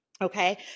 Okay